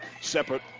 separate